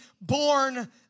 born